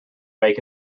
make